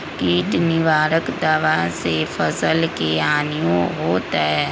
किट निवारक दावा से फसल के हानियों होतै?